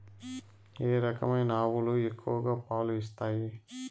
ఏ రకమైన ఆవులు ఎక్కువగా పాలు ఇస్తాయి?